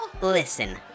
Listen